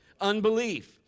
Unbelief